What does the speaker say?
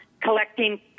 collecting